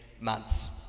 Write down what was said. months